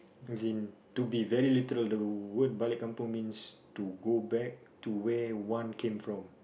as in to be very literal the word balik kampung means to go back to where one came from